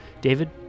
David